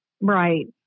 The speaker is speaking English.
Right